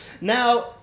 Now